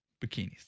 Bikinis